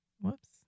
Whoops